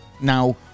now